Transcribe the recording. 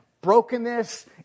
brokenness